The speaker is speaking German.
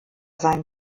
seinen